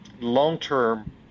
long-term